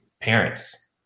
parents